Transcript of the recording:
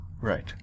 Right